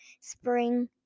Spring